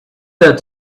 that